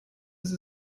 ist